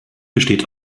besteht